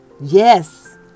Yes